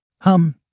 Hum